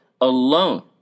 alone